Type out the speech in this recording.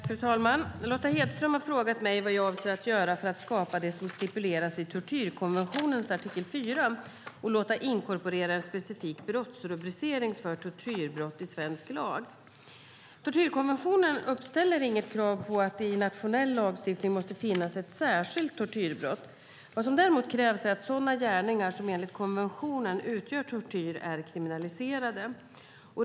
Fru talman! Lotta Hedström har frågat mig vad jag avser att göra för att skapa det som stipuleras i tortyrkonventionens artikel 4 och låta inkorporera en specifik brottsrubricering för tortyrbrott i svensk lag. Tortyrkonventionen uppställer inget krav på att det i nationell lagstiftning måste finnas ett särskilt tortyrbrott. Vad som krävs är att sådana gärningar som enligt konventionen utgör tortyr är kriminaliserade.